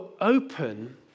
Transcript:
open